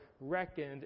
Reckoned